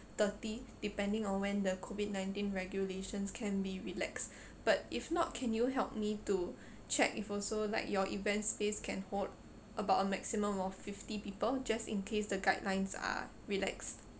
thirty depending on when the COVID nineteen regulations can be relaxed but if not can you help me to check if also like your event space can hold about a maximum of fifty people just in case the guidelines are relaxed